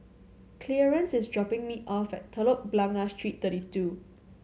Clearence is dropping me off at Telok Blangah Street Thirty Two